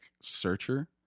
searcher